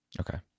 Okay